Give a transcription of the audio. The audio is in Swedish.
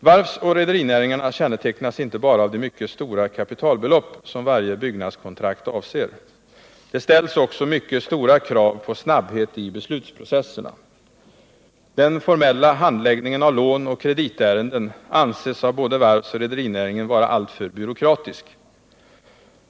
Varvsoch rederinäringarna kännetecknas inte bara av de mycket stora kapitalbelopp som varje byggnadskontrakt avser. Det ställs också mycket stora krav på snabbhet i beslutsprocesserna. Den formella handläggningen av låneoch kreditärenden anses av både varvsoch rederinäringen vara alltför byråkratisk.